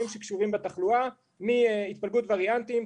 שקשורים בתחלואה מהתפלגות וריאנטים,